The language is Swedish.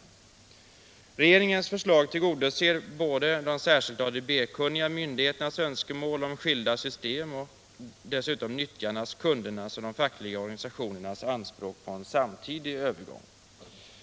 51 Fastighetsdataverksamheten samheten Regeringens förslag tillgodoser både de särskilt ADB-kunniga myndigheternas önskemål om skilda system och nyttjarnas, kundernas och de fackliga organisationernas anspråk på en samtidig övergång.